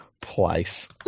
Place